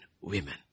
women